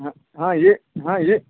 ಹಾಂ ಹಾಂ ಏ ಹಾಂ ಏ